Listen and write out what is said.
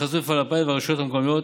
בחסות מפעל הפיס והרשויות המקומיות,